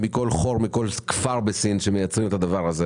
מכל חור וכפר בסין שמייצר את הסיגריות האלה.